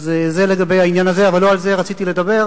אז זה לגבי העניין הזה, אבל לא על זה רציתי לדבר.